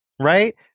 Right